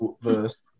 verse